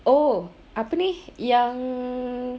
oh apa ni yang